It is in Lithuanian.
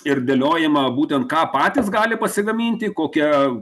ir dėliojama būtent ką patys gali pasigaminti kokia